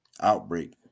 outbreak